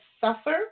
suffer